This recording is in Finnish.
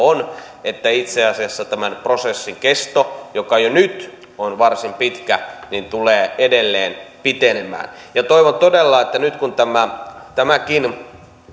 on että itse asiassa tämän prosessin kesto joka jo nyt on varsin pitkä tulee edelleen pitenemään toivon todella että nyt kun tämäkin